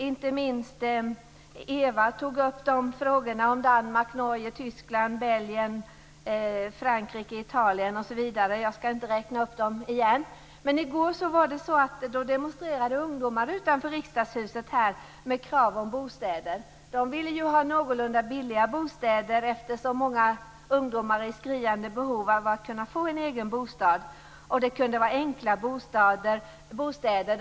Inte minst Ewa tog upp frågorna om Danmark, Norge, Tyskland, Belgien, Frankrike, Italien osv. Jag skall inte räkna upp dem igen. Men i går demonstrerade ungdomar utanför Riksdagshuset med krav på bostäder. De vill ju ha någorlunda billiga bostäder, eftersom många ungdomar är i skriande behov av att kunna få en egen bostad. Det kunde vara enkla bostäder.